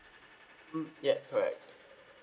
mm yup correct